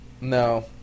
No